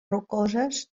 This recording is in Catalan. rocoses